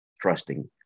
trusting